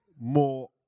more